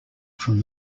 from